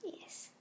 Yes